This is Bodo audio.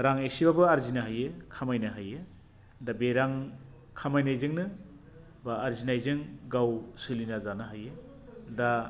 रां एसेबाबो आरजिनो हायो खामायनो हायो दा बे रां खामायनायजोंनो बा आरजिनायजों गाव सोलिना जानो हायो दा